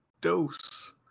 dose